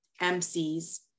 MC's